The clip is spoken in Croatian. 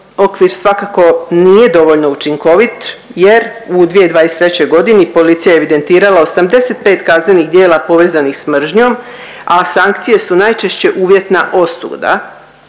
okvir svakako nije dovoljno učinkovit jer u 2023. godini policija je evidentirala 85 kaznenih djela povezanih s mržnjom, a sankcije su najčešće uvjetna osuda